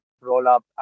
roll-up